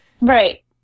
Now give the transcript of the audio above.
Right